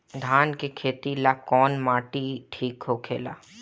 धान के खेती ला कौन माटी ठीक होखेला?